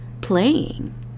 playing